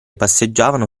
passeggiavano